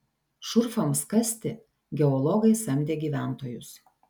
šurfams kasti geologai samdė gyventojus